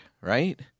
right